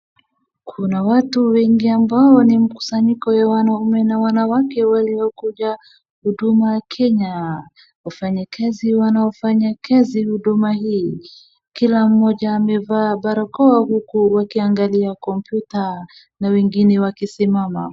Kuna watu wengi ambao ni mkusanyiko ya wanaume na wanawake waliokuja huduma Kenya, wafanyikazi wanaofanya kazi huduma hii, kila mmoja amevaa barakoa huku wakiangalia kompyuta na wengine wakisimama.